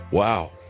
Wow